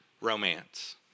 romance